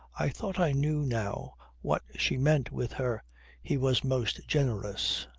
i thought i knew now what she meant with her he was most generous.